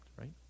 right